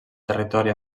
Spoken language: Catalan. territori